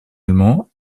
allemand